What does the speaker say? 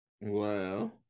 Wow